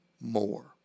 more